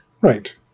Right